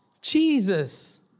Jesus